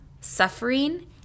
suffering